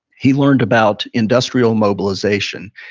he learned about industrial mobilization.